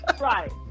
Right